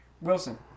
Wilson